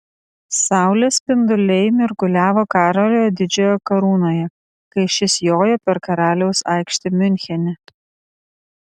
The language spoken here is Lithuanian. saulės spinduliai mirguliavo karolio didžiojo karūnoje kai šis jojo per karaliaus aikštę miunchene